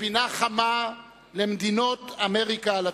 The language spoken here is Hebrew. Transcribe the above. פינה חמה למדינות אמריקה הלטינית.